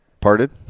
Parted